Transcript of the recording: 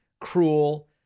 cruel